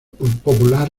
popular